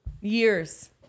Years